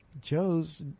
joe's